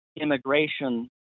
immigration